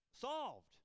solved